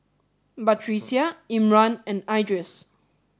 Batrisya Imran and Idris